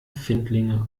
findlinge